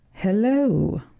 Hello